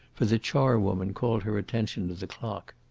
for the charwoman called her attention to the clock.